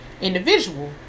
individual